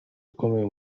akomeye